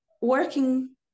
working